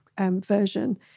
version